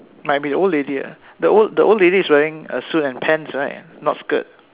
might be the old lady ah the old the old lady is wearing a suit and pants right not skirt